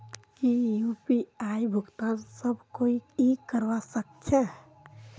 की यु.पी.आई भुगतान सब कोई ई करवा सकछै?